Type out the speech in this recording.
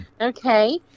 Okay